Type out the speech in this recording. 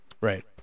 Right